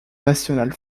national